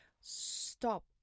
stop